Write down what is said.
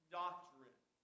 doctrine